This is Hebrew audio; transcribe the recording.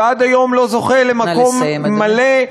שעד היום לא זוכה למקום מלא,